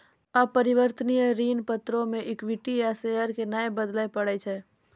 अपरिवर्तनीय ऋण पत्रो मे इक्विटी या शेयरो के नै बदलै पड़ै छै